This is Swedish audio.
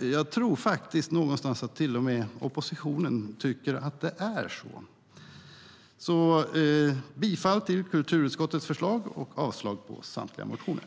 Jag tror faktiskt någonstans att till och med oppositionen tycker att det är så. Bifall till kulturutskottets förslag och avslag på samtliga motioner!